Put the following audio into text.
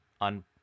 on